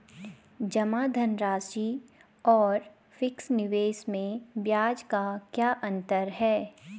जमा धनराशि और फिक्स निवेश में ब्याज का क्या अंतर है?